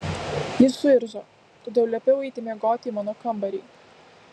jis suirzo todėl liepiau eiti miegoti į mano kambarį